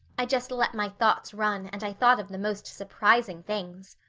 i just let my thoughts run and i thought of the most surprising things.